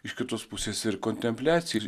iš kitos pusės ir kontempliacija ir